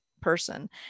person